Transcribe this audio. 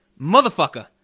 motherfucker